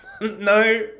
no